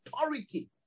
authority